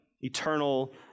eternal